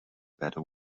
better